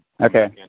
Okay